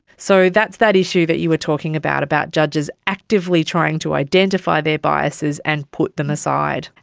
so that's that issue that you were talking about, about judges actively trying to identify their biases and put them aside.